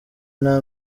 nta